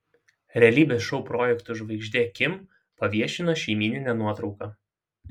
realybės šou projektų žvaigždė kim paviešino šeimyninę nuotrauką